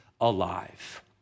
alive